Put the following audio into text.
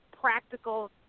practical